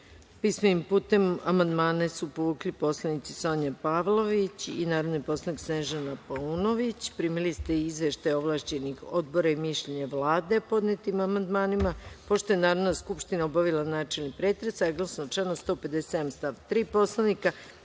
putem amandmane su povukli poslanici Sonja Pavlović i narodni poslanik Snežana Paunović. Primili ste izveštaje ovlašćenih odbora i mišljenje Vlade o podnetim amandmanima. Pošto je Narodna skupština obavila načelni pretres, saglasno članu 157. stav 3. Poslovnika,